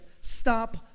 stop